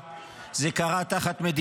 זה קרה תחת ההנחיות שלה,